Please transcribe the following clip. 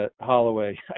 Holloway